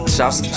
Shouts